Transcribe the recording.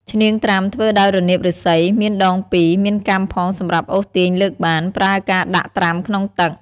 ឈ្នាងត្រាំ ធ្វើដោយរនាបឫស្សី មានដង ២ មានកាំផងសម្រាប់អូសទាញលើកបាន ប្រើការដាក់ត្រាំក្នុងទឹក ។